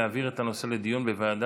להעביר את הנושא לדיון בוועדת